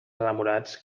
enamorats